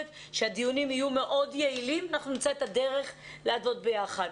שהדיונים יהיו מאוד יעילים ואנחנו נמצא את הדרך לעבוד ביחד.